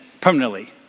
permanently